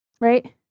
Right